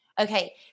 Okay